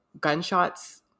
gunshots